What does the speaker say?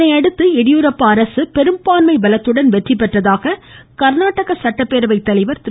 இதனையடுத்து எடியூரப்பா பெரும்பான்மை பலக்குடன் அரசு வெற்றிபெற்றதாக கர்நாடக சட்டப்பேரவை தலைவர் திரு